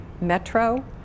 Metro